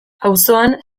auzoan